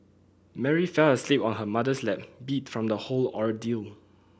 Mary fell asleep on her mother's lap beat from the whole ordeal